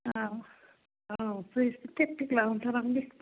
ꯑꯧ ꯑꯧ ꯐ꯭ꯔꯤꯖꯇ ꯇꯤꯛ ꯇꯤꯛ ꯂꯥꯎꯅ ꯊꯝꯃꯝꯒꯦ